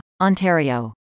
Ontario